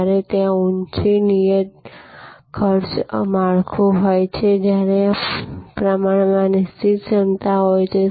જ્યારે ત્યાં ઊંચી નિયત ખર્ચ માળખું હોય છે જ્યારે પ્રમાણમાં નિશ્ચિત ક્ષમતા હોય છે